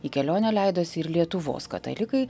į kelionę leidosi ir lietuvos katalikai